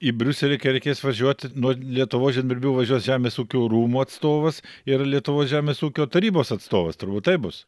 į briuselį reikės važiuoti nuo lietuvos žemdirbių važiuos žemės ūkio rūmų atstovas ir lietuvos žemės ūkio tarybos atstovas turbūt taip bus